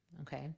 okay